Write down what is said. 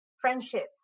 friendships